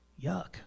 Yuck